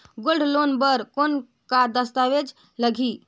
Gold loan बर कौन का दस्तावेज लगही?